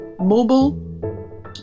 mobile